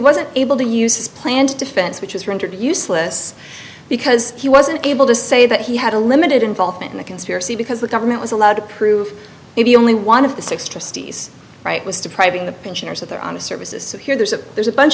wasn't able to use his planned defense which is rendered useless because he wasn't able to say that he had a limited involvement in a conspiracy because the government was allowed to prove maybe only one of the six trustees right was depriving the pensioners of their on the services so here there's a there's a bunch